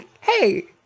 hey